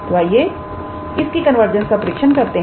तो आईए इसकी कन्वर्जेंस का परीक्षण करते हैं